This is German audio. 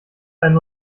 einen